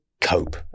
cope